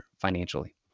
financially